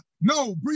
No